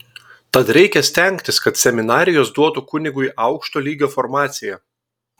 tad reikia stengtis kad seminarijos duotų kunigui aukšto lygio formaciją